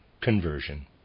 Conversion